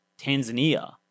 Tanzania